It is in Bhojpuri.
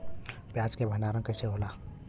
प्याज के भंडारन कइसे होला?